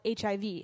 HIV